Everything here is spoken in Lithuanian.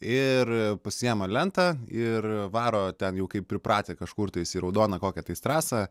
ir pasiima lentą ir varo ten jau kaip pripratę kažkur tais į raudoną kokią tais trasą